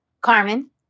Carmen